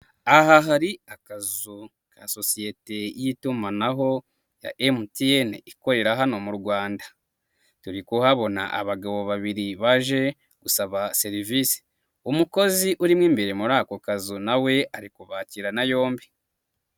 Aha hari akazu ka sosiyete y'itumanaho ya MTN, ikorera hano mu Rwanda. Turi kuhabona abagabo babiri baje gusaba serivisi. Umukozi urimo imbere muri ako kazu nawe ari kubakirana yombi.